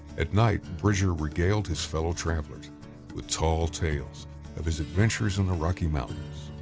at night bridger regaled his fellow travelers with tall tales of his adventures in the rocky mountains.